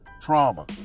Trauma